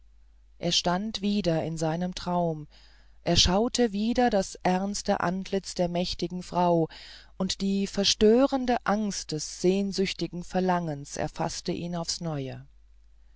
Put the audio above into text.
er stand wieder in seinem traum er schaute wieder das ernste antlitz der mächtigen frau und die verstörende angst des sehnsüchtigsten verlangens erfaßte ihn aufs neue